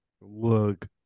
Look